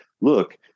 look